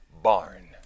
barn